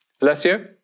Alessio